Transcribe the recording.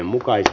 asia